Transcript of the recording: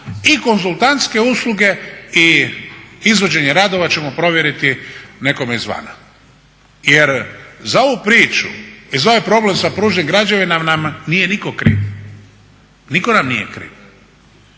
i konzultantske usluge i izvođenje radova ćemo povjeriti nekome izvana. Jer za ovu priču i za ovaj problem sa Pružnim građevinama nam nitko nije kriv, nitko nam nije kriv.